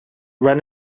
ran